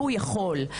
הוא יכול.